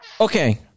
Okay